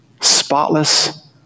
spotless